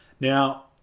Now